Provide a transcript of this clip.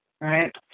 right